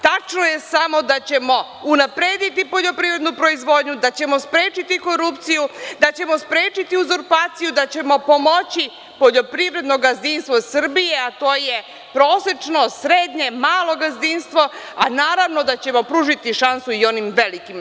Tačno je samo da ćemo unaprediti poljoprivrednu proizvodnju, da ćemo sprečiti korupciju, da ćemo sprečiti uzurpaciju, da ćemo pomoći poljoprivredno gazdinstvo Srbije, a to je prosečno, srednje, malo gazdinstvo, a naravno da ćemo pružiti šansu i onim velikim.